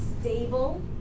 stable